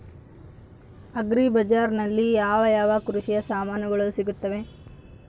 Agri ಬಜಾರಿನಲ್ಲಿ ಯಾವ ಯಾವ ಕೃಷಿಯ ಸಾಮಾನುಗಳು ಸಿಗುತ್ತವೆ?